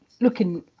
looking